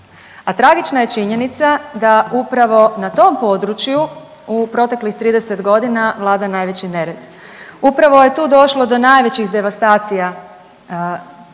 a tragična je činjenica da upravo na tom području u proteklih 30.g. vlada najveći nered, upravo je tu došlo do najvećih devastacija